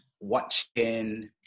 watching